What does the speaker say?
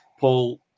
Paul